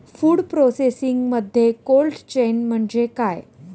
Food प्रोसेसिंगमध्ये cold chain म्हणजे काय?